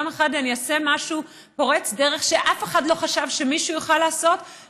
יום אחד אני אעשה משהו פורץ דרך שאף אחד לא חשב שמישהו יכול לעשות,